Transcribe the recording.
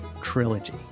trilogy